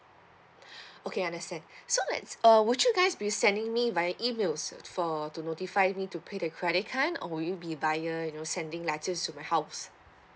okay understand so let's uh would you guys be sending me via emails for to notify me to pay the credit card or would you be via you know sending letters to my house